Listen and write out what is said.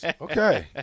Okay